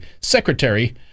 Secretary